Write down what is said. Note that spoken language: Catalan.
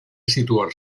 situar